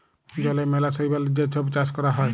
জলে ম্যালা শৈবালের যে ছব চাষ ক্যরা হ্যয়